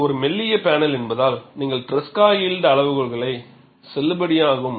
இது ஒரு மெல்லிய பேனல் என்பதால் நீங்கள் ட்ரெஸ்கா யில்ட் அளவுகோல்கள் செல்லுபடியாகும்